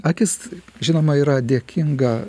akis žinoma yra dėkinga